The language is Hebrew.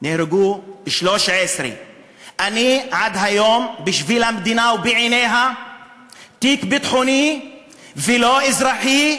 נהרגו 13. אני עד היום בשביל המדינה ובעיניה תיק ביטחוני ולא אזרחי,